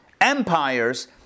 empires